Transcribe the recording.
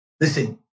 Listen